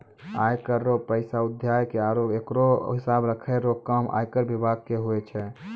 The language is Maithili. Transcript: आय कर रो पैसा उघाय के आरो ओकरो हिसाब राखै रो काम आयकर बिभाग मे हुवै छै